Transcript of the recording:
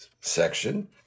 section